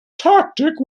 tactic